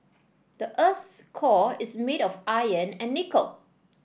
the earth's core is made of iron and nickel